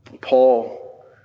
Paul